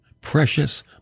precious